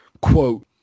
quote